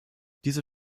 diese